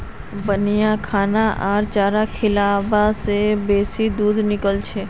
बढ़िया खाना आर चारा खिलाबा से बेसी दूध निकलछेक